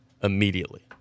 immediately